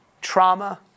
trauma